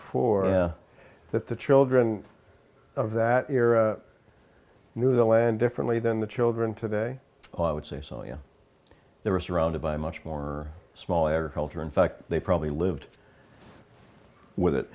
four that the children of that era knew the land differently than the children today i would say so yes they were surrounded by much more small agriculture in fact they probably lived with it